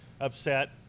upset